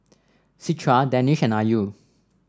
Citra Danish and Ayu